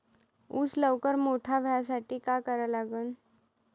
ऊस लवकर मोठा व्हासाठी का करा लागन?